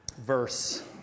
verse